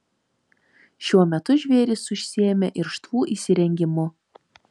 šiuo metu žvėrys užsiėmę irštvų įsirengimu